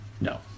no